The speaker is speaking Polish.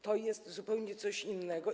To jest zupełnie coś innego.